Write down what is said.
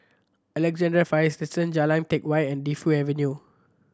Alexandra Fire Station Jalan Teck Whye and Defu Avenue